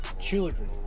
children